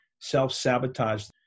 self-sabotage